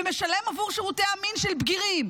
ומשלם עבור שירותי המין של בגירים.